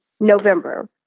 November